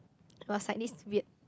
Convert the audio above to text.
it was like this weird